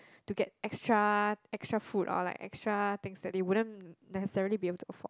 to get extra extra food or like extra things that they wouldn't necessarily be able to afford